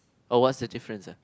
oh what's the difference uh